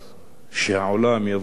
שיבוא יום